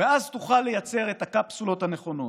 ואז תוכל לייצר את הקפסולות הנכונות.